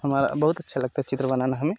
हमारा बहुत अच्छा लगता है चित्र बनाना हमें